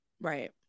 right